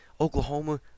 oklahoma